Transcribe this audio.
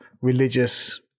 religious